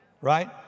right